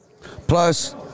Plus